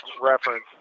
reference